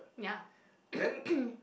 yeah